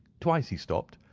twice he stopped,